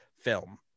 film